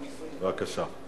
בבקשה.